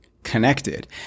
connected